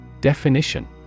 Definition